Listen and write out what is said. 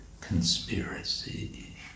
conspiracy